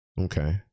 Okay